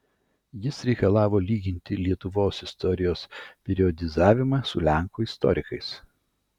jis reikalavo lyginti lietuvos istorijos periodizavimą su lenkų istorikais